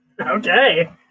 Okay